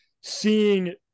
seeing